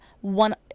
one